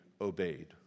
obeyed